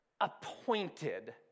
appointed